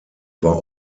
war